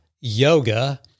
Yoga